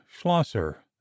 schlosser